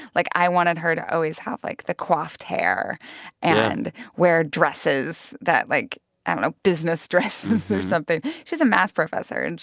like, i wanted her to always have, like, the coiffed hair and wear dresses that, like i don't know business dresses or something. she's a math professor. and